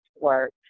work